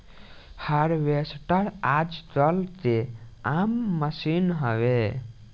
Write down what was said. harvester आजकल के आम मसीन हवे